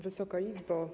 Wysoka Izbo!